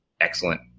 excellent